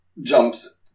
jumps